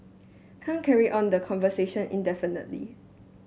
can't carry on the conversation indefinitely